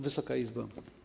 Wysoka Izbo!